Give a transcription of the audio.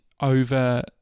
over